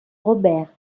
robert